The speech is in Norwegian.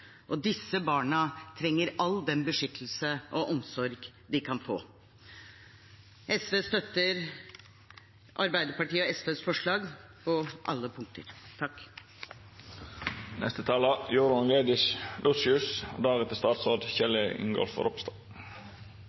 Disse barna trenger all den beskyttelse og omsorg de kan få. SV viser til Arbeiderpartiet og SVs forslag på alle punkter.